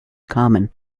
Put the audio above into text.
common